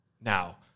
Now